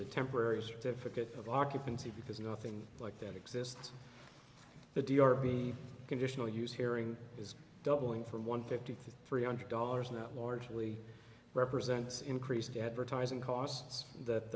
the temporary certificate of occupancy because nothing like that exists the d r p conditional use hearing is doubling from one fifty three hundred dollars that largely represents increased gebre ties in costs that